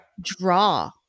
Draw